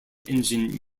engine